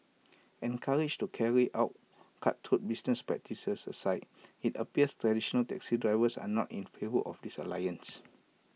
encouraged to carry out cutthroat business practices aside IT appears traditional taxi drivers are not in favour of this alliance